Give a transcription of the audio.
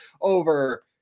over